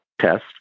test